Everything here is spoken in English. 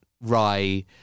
rye